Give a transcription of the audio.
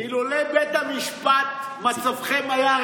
חבר הכנסת בוסו, אילולי בית המשפט מצבכם היה רע.